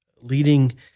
leading